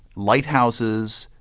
lighthouses,